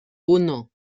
uno